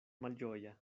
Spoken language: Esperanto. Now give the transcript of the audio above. malĝoja